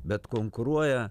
bet konkuruoja